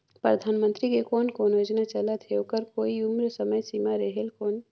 परधानमंतरी के कोन कोन योजना चलत हे ओकर कोई उम्र समय सीमा रेहेल कौन?